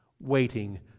waiting